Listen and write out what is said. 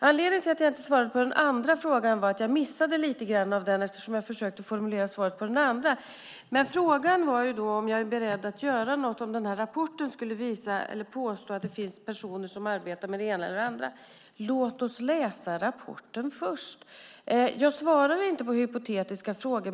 Anledningen till att jag inte svarade på den andra frågan var att jag missade lite grann av den eftersom jag försökte formulera svaret på den första frågan. Frågan var om jag är beredd att göra något om rapporten skulle påstå att det finns personer som arbetar med det ena eller det andra. Låt oss läsa rapporten först! Jag svarar inte på hypotetiska frågor.